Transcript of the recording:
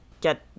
get